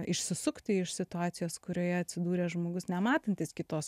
išsisukti iš situacijos kurioje atsidūrė žmogus nematantis kitos